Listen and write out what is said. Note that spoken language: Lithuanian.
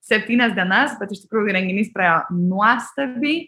septynias dienas bet iš tikrųjų renginys praėjo nuostabiai